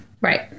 Right